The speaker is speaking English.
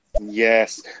yes